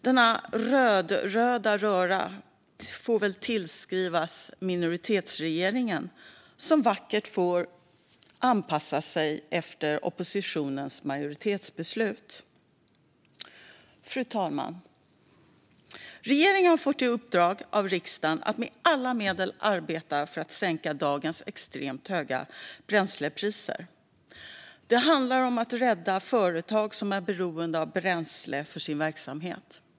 Denna rödröda röra får väl tillskrivas minoritetsregeringen som vackert får anpassa sig efter oppositionens majoritetsbeslut. Fru talman! Regeringen har fått i uppdrag av riksdagen att med alla medel arbeta för att sänka dagens extremt höga bränslepriser. Det handlar om att rädda företag som är beroende av bränsle för sin verksamhet.